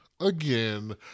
again